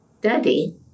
daddy